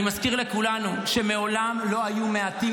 אני מזכיר לכולנו שמעולם לא היו מעטים